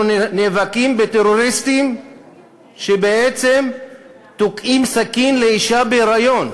אנחנו נאבקים בטרוריסטים שבעצם תוקעים סכין באישה בהיריון.